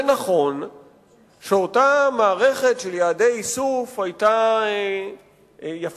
זה נכון שאותה מערכת של יעדי איסוף היתה יפה